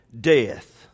death